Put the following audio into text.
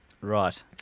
right